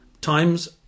times